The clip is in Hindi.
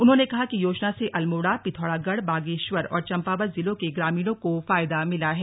उन्होंने कहा कि योजना से अल्मोड़ा पिथोरागढ़ बागेश्वर और चम्पावत जिलों के ग्रामीणों को फायदा मिला है